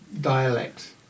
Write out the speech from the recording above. dialect